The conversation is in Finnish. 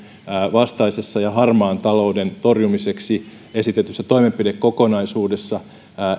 vastaisessa ja harmaan talouden torjumiseksi esitetyssä toimenpidekokonaisuudessa